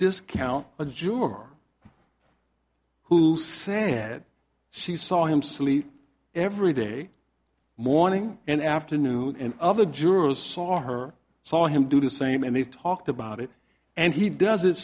juror who said she saw him sleep every day morning and afternoon and other jurors saw her saw him do the same and they talked about it and he does